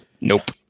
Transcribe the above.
Nope